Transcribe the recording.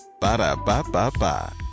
Ba-da-ba-ba-ba